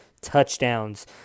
touchdowns